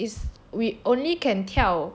is we only can 跳